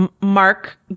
mark